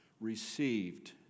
received